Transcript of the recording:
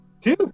two